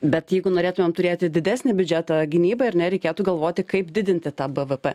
bet jeigu norėtumėm turėti didesnį biudžetą gynybai ar ne reikėtų galvoti kaip didinti tą bvp